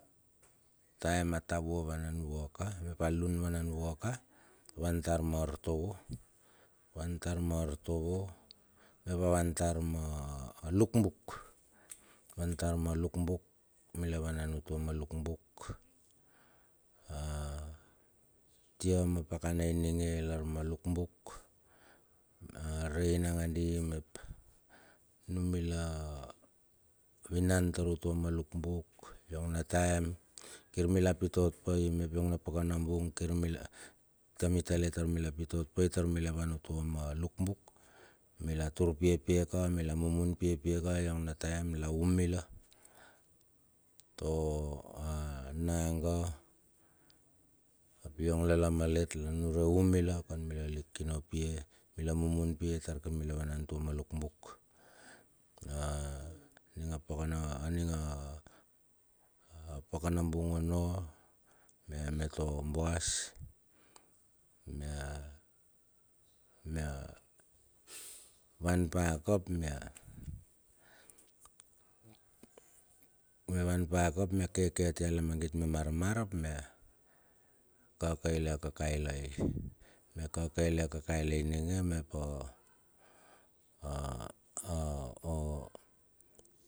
A taem a tavua vanan vua ka, mep a lun vanan vua ka a van tar ma artovo van tar artovo mep a van tar ma luk buk. Avan tar ma luk buk, mila vanan utua ma luk buk a tia ma pakana ininge ilar ma luk buk, a rei nangandi mep numila vinan tar utua ma luk buk, yong na taem kir mila pit ot pa i, mep iong na paka na bung kir mila, tam i tale tar mila pit ot pai tar mila van utura ma luk buk, mila tur pie pie ka, mila mumun pie pie ka iong na taem la um mila, to a nanga ap iong lala malet la nunure um mila kan mila lik kino pie, mila mumun pie, taur kir mila vanan utua ma luk buk, aninga a paka nambung ono, me me toboas mia mia wan pa ka ap mia, mia wan ka ap mia keke tia lamagit me marmar ap mia kakaile a kakailai, mia kakailai a kakailai ninge mep a.